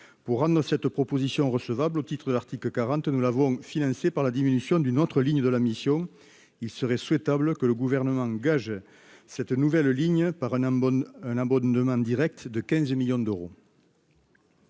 Pour rendre cette proposition recevable au titre de l'article 40 de la Constitution, nous l'avons financée par la diminution d'une autre ligne de la mission. Il serait souhaitable que le Gouvernement gage la création de cette nouvelle ligne par un abondement direct de 15 millions d'euros.